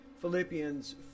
Philippians